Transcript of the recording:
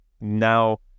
now